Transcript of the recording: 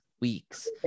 weeks